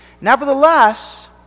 nevertheless